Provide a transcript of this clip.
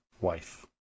Wife